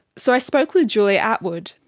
so i spoke with julia attwood,